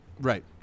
Right